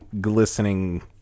glistening